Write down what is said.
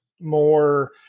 more